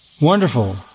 Wonderful